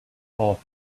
all